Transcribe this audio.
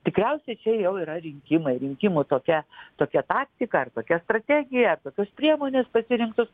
tikriausiai čia jau yra rinkimai rinkimų tokia tokia taktika ar tokia strategija ar tokios priemonės pasirinktos